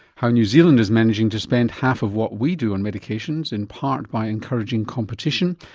how new zealand is managing to spend half of what we do on medications, in part by encouraging competition,